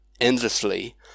endlessly